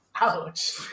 Ouch